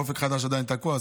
ואופק חדש עדיין תקוע,